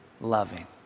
loving